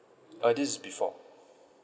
uh this is before